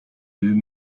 deux